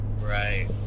Right